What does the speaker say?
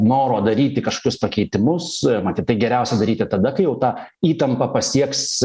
noro daryti kažkokius pakeitimus matyt tai geriausia daryti tada kai jau ta įtampa pasieks